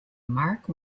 mark